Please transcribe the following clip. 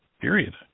period